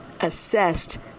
assessed